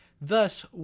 thus